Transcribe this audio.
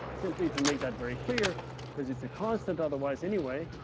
simply to make that very clear because it's a constant otherwise anyway.